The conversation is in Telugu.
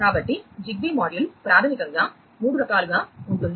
కాబట్టి జిగ్బీ మాడ్యూల్ ప్రాథమికంగా 3 రకాలుగా ఉంటుంది